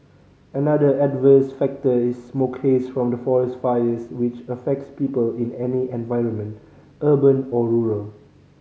another adverse factor is smoke haze from forest fires which affects people in any environment urban or rural